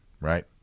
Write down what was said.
right